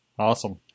Awesome